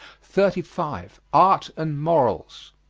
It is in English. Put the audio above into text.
thirty five. art and morals.